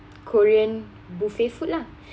korean buffet food lah